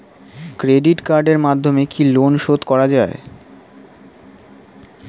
Credit কার্ডের মাধ্যমে কি লোন শোধ করা যায়?